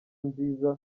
nziza